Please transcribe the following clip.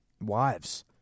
wives